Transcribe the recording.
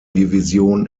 division